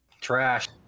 Trash